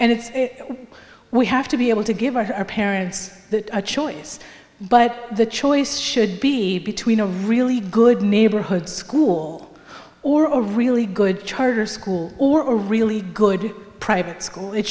and it's we have to be able to give our parents a choice but the choice should be between a really good neighborhood school or a really good charter school or a really good private school it